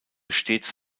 stets